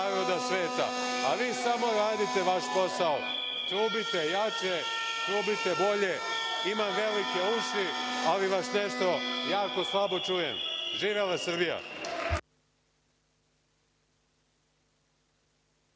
a vi samo radite vaš posao. Trubite jače, trubite bolje. Imam velike uši, ali vas nešto jako slabo čujem. Živela Srbija.